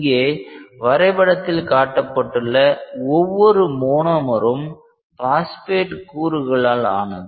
இங்கே வரைபடத்தில் காட்டப்பட்டுள்ள ஒவ்வொரு மோனோமரும் பாஸ்பேட் கூறுகளால் ஆனது